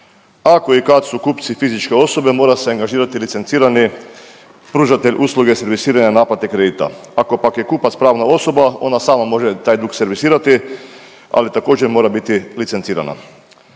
Ako i kad su kupci fizičke osobe mora se angažirati licencirani pružatelj usluge servisiranja naplate kredite. Ako pak je kupac pravna osoba ona sama može taj dug servisirati, ali također mora biti licencirana.